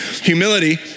humility